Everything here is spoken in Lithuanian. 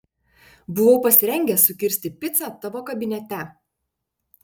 buvau pasirengęs sukirsti picą tavo kabinete